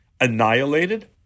annihilated